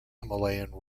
himalayan